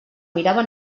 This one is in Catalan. mirava